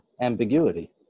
ambiguity